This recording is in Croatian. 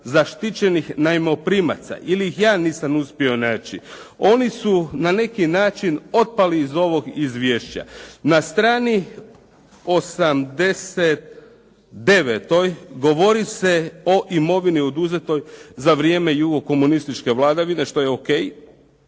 zaštićenih najmoprimaca, ili ih ja nisam uspio naći. Oni su na neki način otpali iz ovog izvješća. Na strani 89. govori se o imovini oduzetoj za vrijeme jugokomunističke vladavine, što je okej,